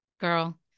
girl